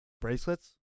bracelets